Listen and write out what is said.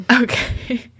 Okay